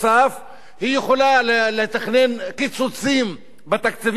היא יכולה לתכנן קיצוצים בתקציבים החברתיים